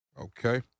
Okay